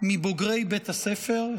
מבוגרי בית הספר,